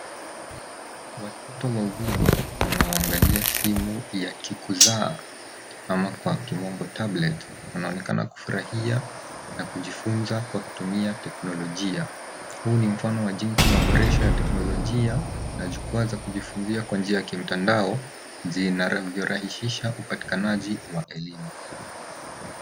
Watoto wawili wanaoangalia simu ya kikuza ama kwa kimombo tablet wanaonekana kufurahia na kujifunza kwa kutumia teknolojia. Huu ni mfano wa jinsi maboresho ya teknolojia na jukwaa ya kujifunzia kwa njia ya kimtandao zinavyorahisha upatikanaji wa elimu.